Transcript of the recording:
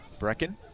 Brecken